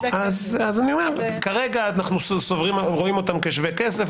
אז כרגע אנחנו רואים אותם כשווי כסף,